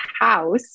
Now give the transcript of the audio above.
house